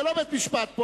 זה לא בית-משפט פה.